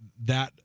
that